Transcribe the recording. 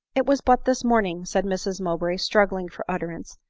it was but this morning, said mrs mowbray, strug gling for utterance,